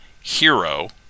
Hero